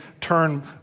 turn